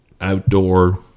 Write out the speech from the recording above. outdoor